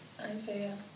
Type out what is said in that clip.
Isaiah